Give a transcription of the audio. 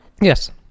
yes